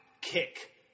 Kick